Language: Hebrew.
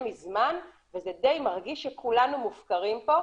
מזמן וזה די מרגיש שכולנו מופקרים פה,